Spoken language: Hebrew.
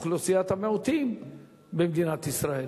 אוכלוסיית המיעוטים במדינת ישראל.